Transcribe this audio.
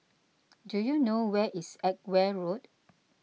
do you know where is Edgware Road